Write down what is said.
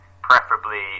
preferably